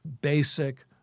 basic